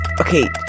Okay